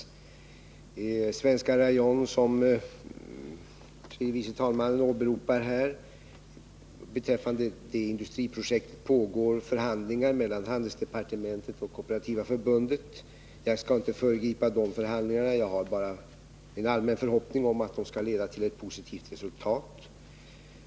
När det gäller industriprojektet Svenska Rayon AB, som tredje vice talmannen åberopar, kan jag säga att förhandlingar pågår mellan handelsdepartementet och Kooperativa förbundet. Jag skall inte föregripa de förhandlingarna. Jag har bara en allmän förhoppning om att de skall leda till ett positivt resultat.